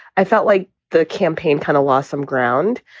i felt like the campaign kind of lost some ground.